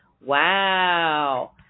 Wow